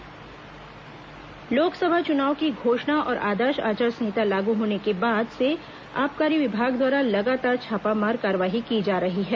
अवैध शराब कार्रवाई लोकसभा चुनाव की घोषणा और आदर्श आचार संहिता लागू होने के बाद से आबकारी विभाग द्वारा लगातार छापामार कार्रवाई की जा रही है